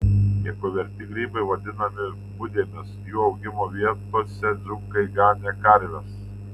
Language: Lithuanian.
nieko verti grybai vadinami budėmis jų augimo vietose dzūkai ganė karves